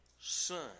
son